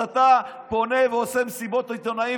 אז אתה פונה ועושה מסיבות עיתונאים